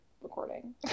recording